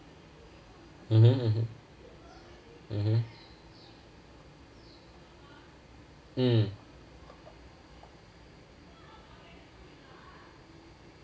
mmhmm mmhmm mmhmm mm